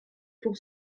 pour